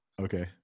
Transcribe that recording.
Okay